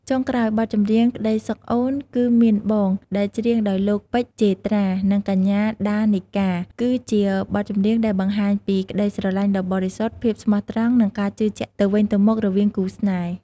ចុងក្រោយ បទចម្រៀង ក្តីសុខអូនគឺមានបង ដែលច្រៀងដោយលោក ពេជ្រ ជេត្រា និងកញ្ញា ដា នីកា គឺជាបទចម្រៀងដែលបង្ហាញពី ក្តីស្រឡាញ់ដ៏បរិសុទ្ធ ភាពស្មោះត្រង់ និងការជឿជាក់ទៅវិញទៅមក រវាងគូស្នេហ៍។